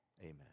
Amen